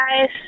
guys